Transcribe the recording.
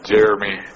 Jeremy